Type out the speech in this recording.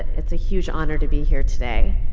it's a huge honor to be here today.